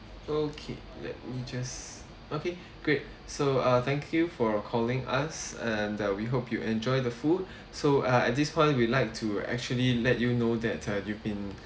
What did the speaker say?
okay let me just okay great so uh thank you for calling us and uh we hope you enjoy the food so uh at this point we like to actually let you know that uh you've been